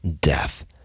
death